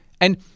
and-